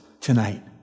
tonight